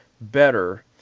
better